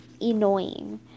annoying